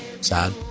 sad